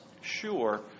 sure